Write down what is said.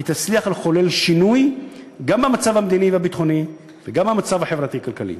היא תצליח לחולל שינוי גם במצב המדיני והביטחוני וגם במצב החברתי-כלכלי.